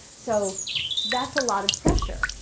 so that's a lot of pressure.